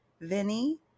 Vinny